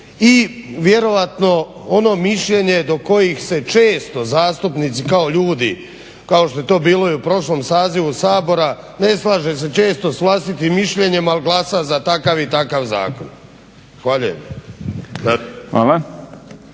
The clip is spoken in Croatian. i vjerojatno ono mišljenje do kojih se često zastupnici kao ljudi kao što je to bilo i u prošlom sazivu Sabora ne slaže se često s vlastitim mišljenjem, ali glasa za takav i takav zakon.